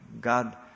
God